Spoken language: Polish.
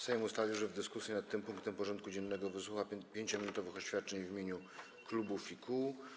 Sejm ustalił, że w dyskusji nad tym punktem porządku dziennego wysłucha 5-minutowych oświadczeń w imieniu klubów i kół.